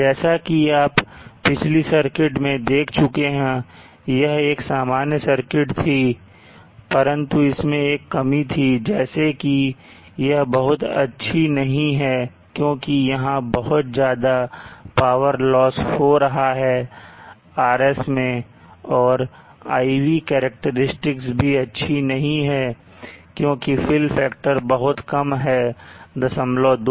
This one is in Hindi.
जैसा कि आप पिछली सर्किट में देख चुके हैं यह एक सामान्य सर्किट थी परंतु इसमें एक कमी है जैसे कि यह बहुत अच्छी नहीं है क्योंकि यहां बहुत ज्यादा पावर लॉस हो रहा है RS मैं और IV करैक्टेरिस्टिक्स भी अच्छी नहीं है क्योंकि fill factor बहुत कम है 025